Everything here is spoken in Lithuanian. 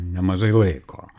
nemažai laiko